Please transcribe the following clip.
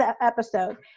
episode